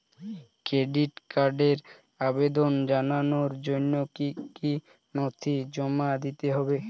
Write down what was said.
Credit কার্ডের আবেদন জানানোর জন্য কী কী নথি জমা দিতে হবে?